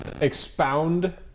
expound